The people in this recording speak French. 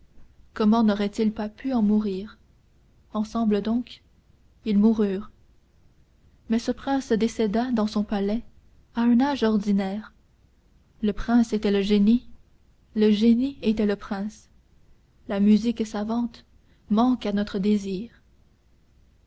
comment n'auraient-ils pas pu en mourir ensemble donc ils moururent mais ce prince décéda dans son palais à un âge ordinaire le prince était le génie le génie était le prince la musique savante manque à notre désir